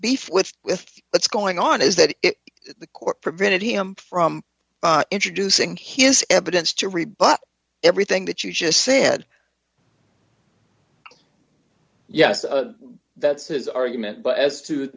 beef with what's going on is that the court prevented him from introducing his evidence to rebut everything that you just said yes that's his argument but as to